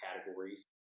categories